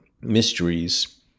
mysteries